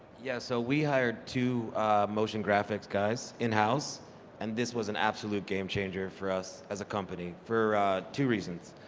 yeah, so we hired two motion graphics guys, in-house and this was an absolute game changer for us as a company. for two reasons.